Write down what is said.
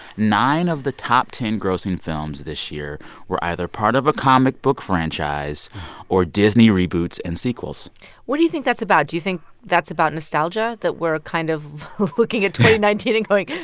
nine of the top ten grossing films this year were either part of a comic book franchise or disney reboots and sequels what do you think that's about? do you think that's about nostalgia that we're kind of looking at two thousand and nineteen and going, yeah